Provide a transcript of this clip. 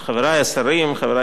חברי חברי הכנסת,